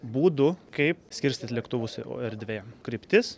būdų kaip skirstyt lėktuvus jau erdvėje kryptis